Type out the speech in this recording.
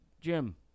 Jim